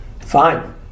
Fine